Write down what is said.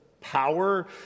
power